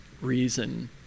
reason